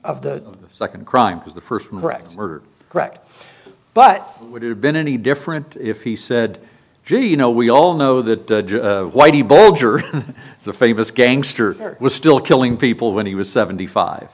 of the second crime was the first record correct but it would have been any different if he said gee you know we all know that whitey bulger the famous gangster was still killing people when he was seventy five